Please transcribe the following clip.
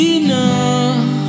enough